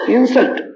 Insult